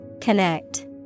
Connect